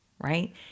right